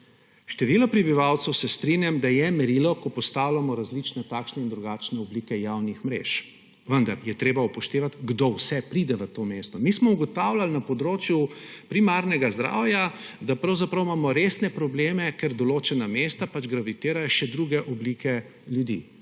Število prebivalcev, se strinjam, da je merilo, ko postavljamo različne, takšne in drugačne oblike javnih mrež. Vendar je treba upoštevati, kdo vse pride v to mesto. Mi smo ugotavljali na področju primarnega zdravja, da pravzaprav imamo resne probleme, ker v določena mesta pač gravitirajo še druge oblike ljudi,